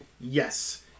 yes